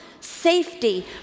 safety